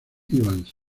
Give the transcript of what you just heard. evans